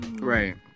Right